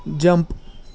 jump